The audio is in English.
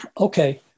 Okay